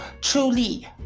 truly